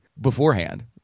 beforehand